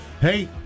Hey